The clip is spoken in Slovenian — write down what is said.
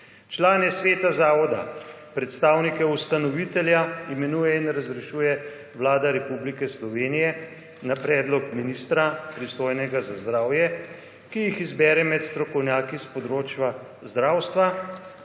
»Člane sveta zavoda, predstavnike ustanovitelja imenuje in razrešuje vlada Republike Slovenije na predlog ministra pristojnega za zdravje, ki jih izbere med strokovnjaki s področja zdravstva,